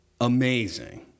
amazing